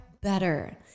better